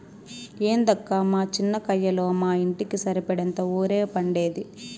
ఏందక్కా మా చిన్న కయ్యలో మా ఇంటికి సరిపడేంత ఒరే పండేది